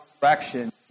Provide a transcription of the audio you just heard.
direction